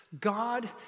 God